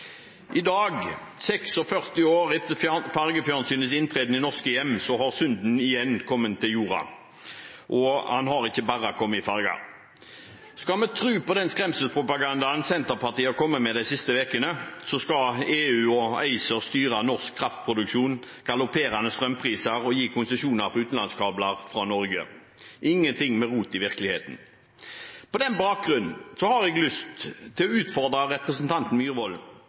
I dag, 46 år etter fargefjernsynets inntreden i norske hjem, har synden igjen kommet til jorda, og den har ikke bare kommet i farger. Skal vi tro på den skremselspropagandaen Senterpartiet har kommet med de siste ukene, skal EU og ACER styre norsk kraftproduksjon, med galopperende strømpriser, og gi konsesjoner for utenlandskabler fra Norge – ingen ting med rot i virkeligheten. På den bakgrunn har jeg lyst til å utfordre representanten Myhrvold